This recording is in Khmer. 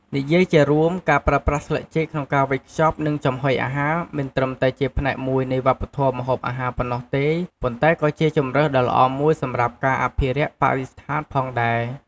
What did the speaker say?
និយាយជារួម ការប្រើប្រាស់ស្លឹកចេកក្នុងការវេចខ្ចប់ និងចំហុយអាហារ មិនត្រឹមតែជាផ្នែកមួយនៃវប្បធម៌ម្ហូបអាហារប៉ុណ្ណោះទេ ប៉ុន្តែក៏ជាជម្រើសដ៏ល្អមួយសម្រាប់ការអភិរក្សបរិស្ថានផងដែរ។